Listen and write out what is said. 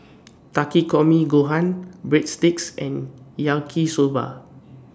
Takikomi Gohan Breadsticks and Yaki Soba